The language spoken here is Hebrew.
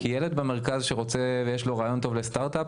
כי ילד במרכז שרוצה ויש לו רעיון טוב לסטרטאפ,